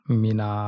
mina